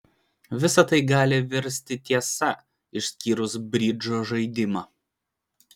visa tai gali virsti tiesa išskyrus bridžo žaidimą